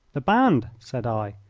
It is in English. the band, said i.